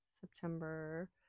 September